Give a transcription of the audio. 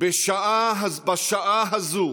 בשעה הזאת